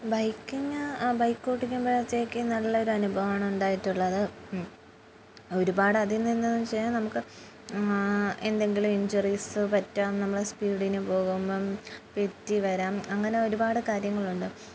biking bike ഓട്ടിക്കുമ്പഴത്തേക്ക് നല്ലൊരു അനുഭവാണ് ഉണ്ടായിട്ടുള്ളത് ഒരുപാട് അതിൽ നിന്തെന്ന് വെച്ച് കഴിഞ്ഞാ നമുക്ക് എന്തെങ്കിലും ഇഞ്ചറീസ് പറ്റാം നമ്മള സ്പീഡന് പോകുമ്പം പെറ്റി വരാം അങ്ങനെ ഒരുപാട് കാര്യങ്ങളുണ്ട്